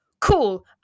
Cool